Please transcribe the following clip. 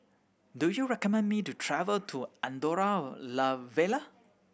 do you recommend me to travel to Andorra La Vella